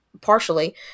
partially